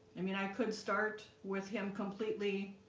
i mean i could start with him completely